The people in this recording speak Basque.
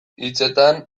hitzetan